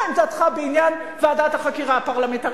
מה עמדתך בעניין ועדת החקירה הפרלמנטרית?